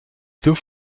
deux